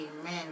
amen